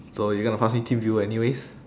so you gonna pass me teamviewer anyways